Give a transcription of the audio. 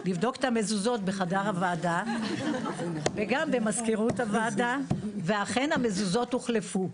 לבדוק את המזוזות בחדר הוועדה וגם במזכירות הוועדה ואכן המזוזות הוחלפו.